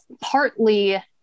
partly